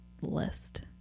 list